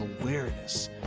awareness